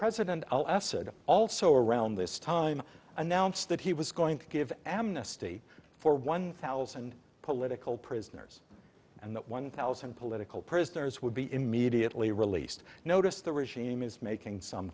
asad also around this time announced that he was going to give amnesty for one thousand political prisoners and that one thousand political prisoners would be immediately released noticed the regime is making some